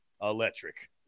Electric